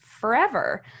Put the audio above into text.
forever